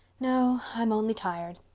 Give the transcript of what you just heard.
no. i'm only tired.